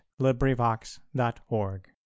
LibriVox.org